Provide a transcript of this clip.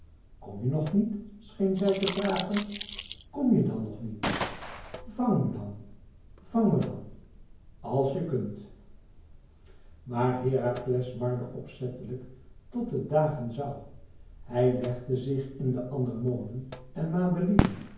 kom je nog niet scheen zij te vragen kom je dan nog niet vàng me dan vàng me dan als je kunt maar herakles marde opzettelijk tot het dagen zoû hij legde zich in de anemonen en madelieven